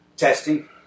Testing